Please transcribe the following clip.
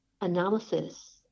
analysis